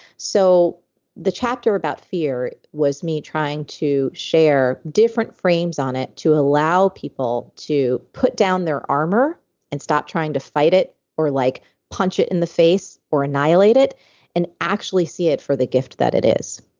so the chapter about fear was me trying to share different frames on it to allow people to put down their armor and stop trying to fight it or like punch it in the face or annihilate it and actually see it for the gift that it is.